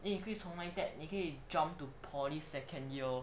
then 你可以从 NITEC 你可以 jump to poly second year